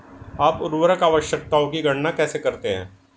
आप उर्वरक आवश्यकताओं की गणना कैसे करते हैं?